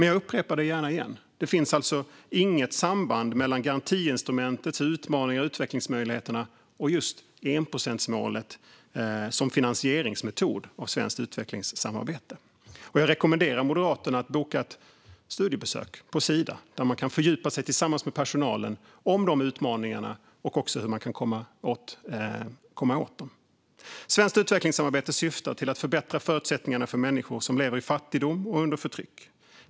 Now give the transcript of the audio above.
Jag upprepar det gärna igen: Det finns inget samband mellan garantiinstrumentets utmaningar och utvecklingsmöjligheter och enprocentsmålet som finansieringsmetod för svenskt utvecklingssamarbete. Jag rekommenderar Moderaterna att boka ett studiebesök på Sida, där man tillsammans med personalen kan fördjupa sig i dessa utmaningar och hur man kan komma åt dem. Svenskt utvecklingssamarbete syftar till att förbättra förutsättningarna för människor som lever i fattigdom och under förtryck.